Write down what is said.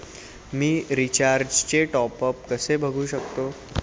मी रिचार्जचे टॉपअप कसे बघू शकतो?